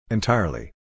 Entirely